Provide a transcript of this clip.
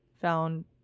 found